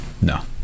No